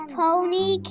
pony